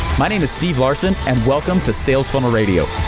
my name is steve larsen, and welcome to sales funnel radio.